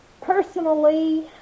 Personally